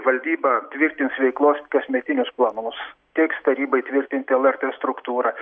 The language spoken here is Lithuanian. valdyba tvirtins veiklos kasmetinius planus teiks tarybai tvirtinti lrt struktūrą